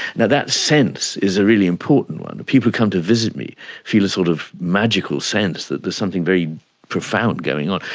and that sense is a really important one. people who come to visit me feel a sort of magical sense that there's something very profound going on.